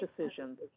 decisions